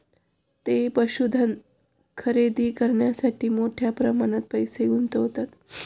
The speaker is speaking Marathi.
ते पशुधन खरेदी करण्यासाठी मोठ्या प्रमाणात पैसे गुंतवतात